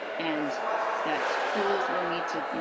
and that schools will need to, you